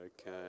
Okay